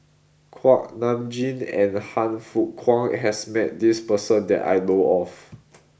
Kuak Nam Jin and Han Fook Kwang has met this person that I know of